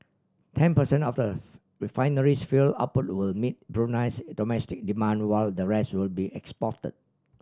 ten percent of the refinery's fuel output will meet Brunei's domestic demand while the rest will be exported